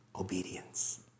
obedience